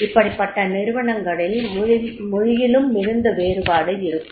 இப்படிப்பட்ட நிறுவனங்களில் மொழியிலும் மிகுந்த வேறுபாடு இருக்கும்